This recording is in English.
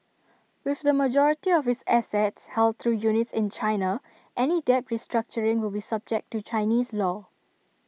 with the majority of its assets held through units in China any debt restructuring will be subject to Chinese law